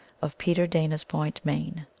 of peter dana s point, maine.